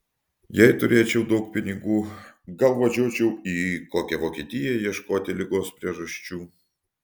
jei turėčiau daug pinigų gal važiuočiau į kokią vokietiją ieškoti ligos priežasčių